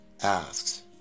asks